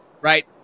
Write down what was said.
right